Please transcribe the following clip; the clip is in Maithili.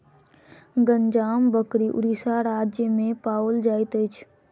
गंजाम बकरी उड़ीसा राज्य में पाओल जाइत अछि